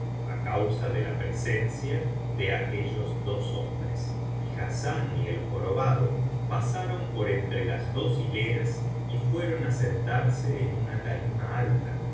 á causa de la presencia de aquellos dos hombres y hassán y el jorobado pasaron por entre las dos hileras y fueron á sentarse en una tarima alta